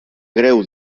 greu